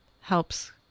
Helps